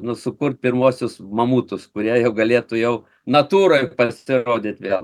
nu sukurt pirmuosius mamutus kurie jau galėtų jau natūroj pasirodyt vėl